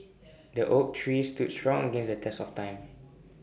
the oak tree stood strong against the test of time